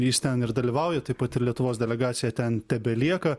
jis ten ir dalyvauja taip pat ir lietuvos delegacija ten tebelieka